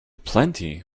plenty